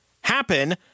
happen